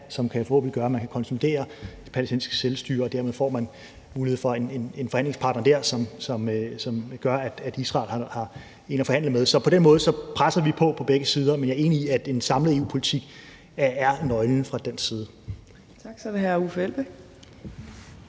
som forhåbentlig kan gøre, at man kan konsolidere det palæstinensiske selvstyre, og dermed får man mulighed for at få en forhandlingspartner dér, som gør, at Israel har en at forhandle med. Så på den måde presser vi på på begge sider, men jeg er enig i, at en samlet EU-politik er nøglen fra dansk side. Kl. 15:13 Fjerde